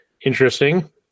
Interesting